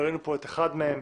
וראינו פה את אחד מהם,